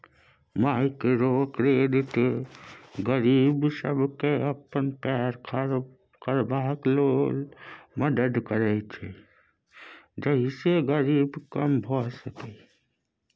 micro credit गरीब सबके अपन पैर खड़ा करबाक लेल मदद करैत छै जइसे गरीबी कम भेय सकेए